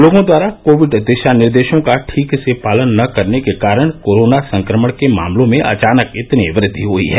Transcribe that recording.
लोगों द्वारा कोविड दिशा निर्देशों का ठीक से पालन न करने के कारण कोरोना संक्रमण के मामलों में अचानक इतनी वृद्धि हुई है